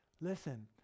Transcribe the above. Listen